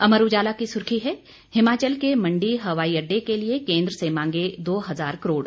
अमर उजाला की सुर्खी है हिमाचल के मंडी हवाई अड्डे के लिए केंद्र से मांगे दो हजार करोड़